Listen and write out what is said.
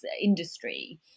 industry